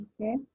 Okay